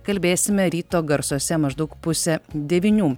kalbėsime ryto garsuose maždaug pusę devynių